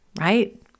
right